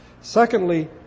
Secondly